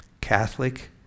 Catholic